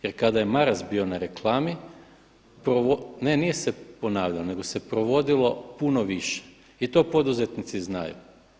Jer kada je Maras bio na reklami, ne nije se ponavljao, nego se provodilo puno više i to poduzetnici znaju.